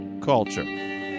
culture